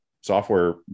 software